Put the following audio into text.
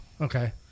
Okay